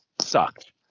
sucked